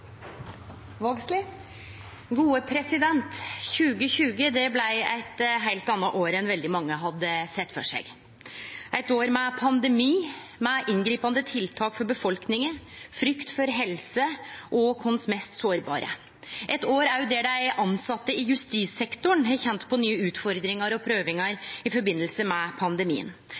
2020 blei eit heilt anna år enn veldig mange hadde sett føre seg – eit år med pandemi, med inngripande tiltak for befolkninga og frykt for helse og våre mest sårbare, eit år der dei tilsette i justissektoren har kjent på nye utfordringar og prøvingar i samband med